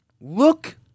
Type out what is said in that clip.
Look